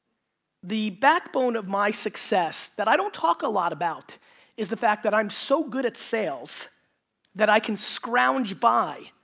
the backbone of my success that i don't talk a lot about is the fact that i'm so good at sales that i can scrounge by.